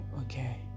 Okay